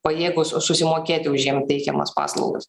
pajėgūs susimokėti už jiem teikiamas paslaugas